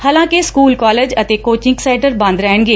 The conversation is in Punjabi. ਹਾਲਾਂਕਿ ਸਕੁਲ ਕਾਲਜ ਅਤੇ ਕੋਚਿੰਗ ਸੈਂਟਰ ਬੰਦ ਰਹਿਣਗੇ